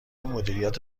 مدیریت